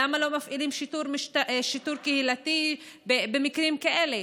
למה לא מפעילים שיטור קהילתי במקרים כאלה?